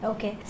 Okay